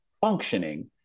functioning